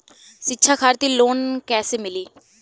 शिक्षा खातिर लोन कैसे मिली?